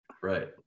Right